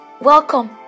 Welcome